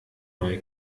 neue